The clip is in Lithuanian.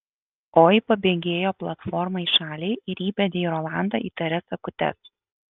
oi pabėgėjo platforma į šalį ir įbedė į rolandą įtarias akutes